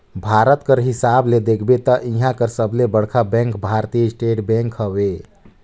भारत कर हिसाब ले देखबे ता इहां कर सबले बड़खा बेंक भारतीय स्टेट बेंक हवे